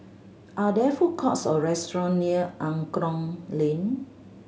are there food courts or restaurant near Angklong Lane